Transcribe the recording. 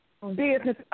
business